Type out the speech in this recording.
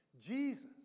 Jesus